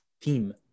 team